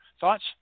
Thoughts